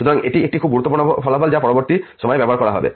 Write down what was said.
সুতরাং এটি একটি খুব গুরুত্বপূর্ণ ফলাফল যা পরবর্তী সময়ে ব্যবহার করা হবে